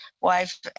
wife